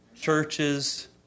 Churches